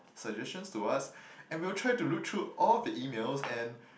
suggestions to us and we will try to look through all the emails and